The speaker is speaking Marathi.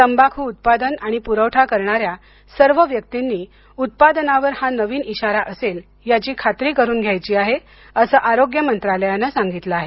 तंबाखू उत्पादन आणि पुरवठा करणाऱ्या सर्व व्यक्तींनी उत्पादनावर हा नवीन इशारा असेल याची खात्री करून घ्यायची आहे असं आरोग्य मंत्रालयानं सांगितलं आहे